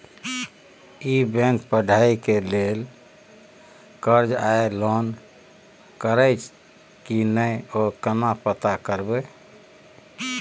ई bank पढ़ाई के लेल कर्ज आ लोन करैछई की नय, यो केना पता करबै?